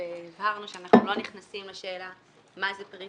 והבהרנו שאנחנו לא נכנסים לשאלה מה זה פרט